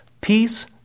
peace